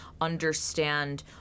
understand